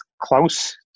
close